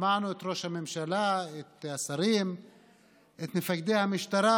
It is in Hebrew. שמענו את ראש הממשלה, את השרים, את מפקדי המשטרה,